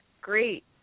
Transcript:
great